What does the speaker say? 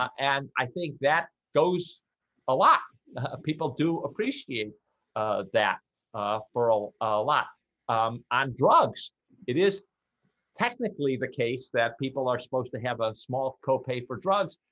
and i think that goes a lot people do appreciate that for ah a lot on drugs it is technically the case that people are supposed to have ah a small copay for drugs.